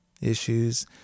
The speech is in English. issues